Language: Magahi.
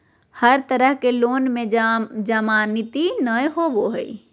हर तरह के लोन में जमानती नय होबो हइ